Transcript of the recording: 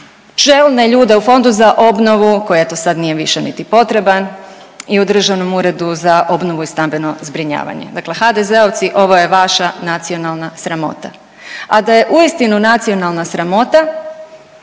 čelne ljude u Fondu za obnovu koji eto sad više nije niti potreban i u Državnom uredu za obnovu i stambeno zbrinjavanje. Dakle, HDZ-ovci ovo je vaša nacionalna sramota. A da je uistinu nacionalna sramota,